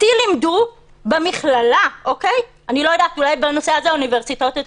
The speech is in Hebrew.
אותי לימדו במכללה אולי בנושא הזה האוניברסיטאות יותר